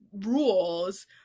rules